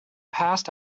past